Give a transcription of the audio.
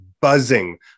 buzzing